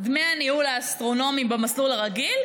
דמי ניהול האסטרונומי במסלול הרגיל,